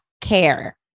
care